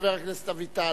חבר הכנסת אביטל.